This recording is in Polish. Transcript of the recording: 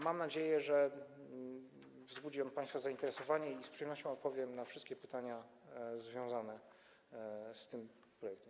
Mam nadzieję, że wzbudziłem państwa zainteresowanie, i z przyjemnością odpowiem na wszystkie pytania związane z tym projektem.